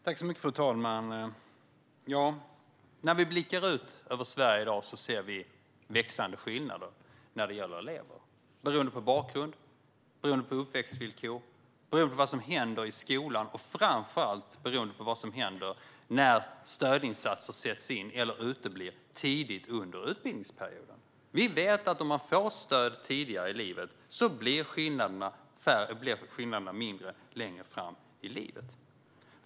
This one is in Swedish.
Fru talman! När vi blickar ut över Sverige i dag ser vi växande skillnader när det gäller elever beroende på bakgrund, på uppväxtvillkor och på vad som händer i skolan. Framför allt beror det på vad som händer om stödinsatser sätts in eller uteblir tidigt under utbildningsperioden. Vi vet att om man får stöd tidigare i livet blir skillnaderna mindre längre fram i livet.